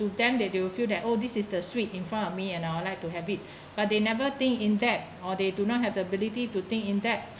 then they will feel that oh this is the sweet in front of me and I would like to have it but they never think in depth or they do not have the ability to think in depth